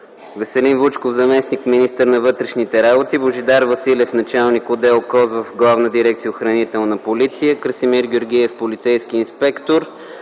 Веселин Вучков - заместник-министър на вътрешните работи, Божидар Василев – началник-отдел КОС в Главна дирекция „Охранителна полиция”, Красимир Георгиев – полицейски инспектор